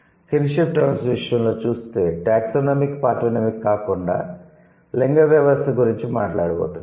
'kinship terms' విషయంలో చూస్తే taxonomic partonomic కాకుండా లింగ వ్యవస్థ గురించి మాట్లడబోతున్నాం